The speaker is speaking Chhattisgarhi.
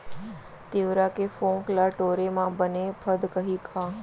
तिंवरा के फोंक ल टोरे म बने फदकही का?